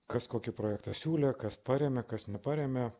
kas kokį projektą siūlė kas paremia kas neparemia